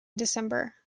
december